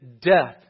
death